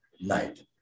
night